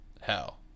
hell